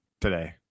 today